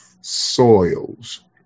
soils